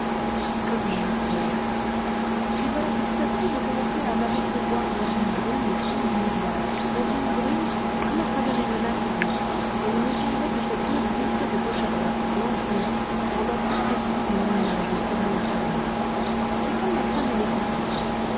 comme j'eus peur puis voilà que tout à coup je commençai à m'apercevoir dans une brume au fond du miroir dans une brume comme à travers une nappe d'eau et il me semblait que cette eau glissait de gauche à droite lentement rendant plus précise mon image de seconde en seconde c'était comme la fin d'une éclipse